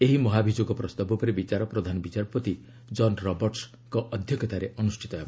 ଏହି ମହାଭିଯୋଗ ପ୍ରସ୍ତାବ ଉପରେ ବିଚାର ପ୍ରଧାନ ବିଚାରପତି ଜନ୍ ରବର୍ଟ୍ସ ଅଧ୍ୟକ୍ଷତାରେ ଅନୁଷ୍ଠିତ ହେବ